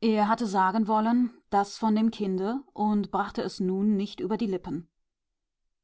er hatte sagen wollen das von dem kinde und brachte es nun nicht über die lippen